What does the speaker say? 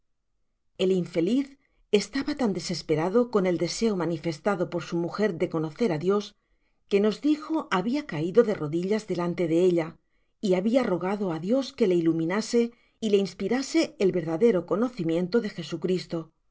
el infeliz estaba tan desesperado con el deseo manifestado por su mujer de conocer á dios que nos dijo ha bia caido de rodillas delante de ella y babia rogado á dios que le iluminase y le inspirase el verdadero conocimiento da jesucristo que